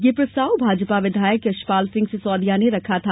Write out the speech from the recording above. यह प्रस्ताव भाजपा विधायक यशपाल सिंह सिसोदिया ने रखा था